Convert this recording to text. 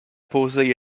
posée